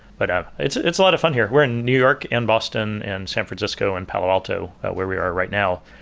but ah it's it's a lot of fun here. we're in new york and boston and san francisco and palo alto where we are right now.